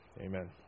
Amen